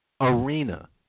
arena